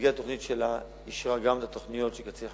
במסגרת התוכנית שלה אישרה גם את התוכניות של קציר-חריש.